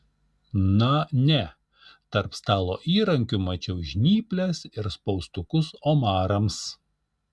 na ne tarp stalo įrankių mačiau žnyples ir spaustukus omarams